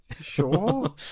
sure